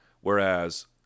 Whereas